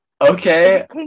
Okay